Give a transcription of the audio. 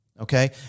Okay